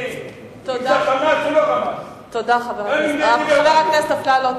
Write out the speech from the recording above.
וזה לא משנה אם זה "חמאס" או לא "חמאס" חבר הכנסת אפללו,